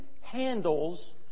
handles